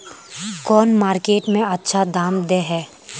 कौन मार्केट में अच्छा दाम दे है?